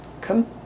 come